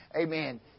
Amen